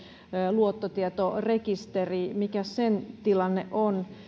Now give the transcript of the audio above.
luottotietorekisteri mikä sen tilanne on